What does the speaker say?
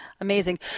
amazing